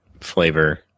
flavor